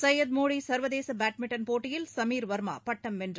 சையீத் மோடிசர்வதேசபேட்மின்டன் போட்டியில் சமீர் வர்மாபட்டம் வென்றார்